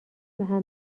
بهم